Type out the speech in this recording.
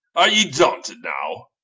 are ye danted now?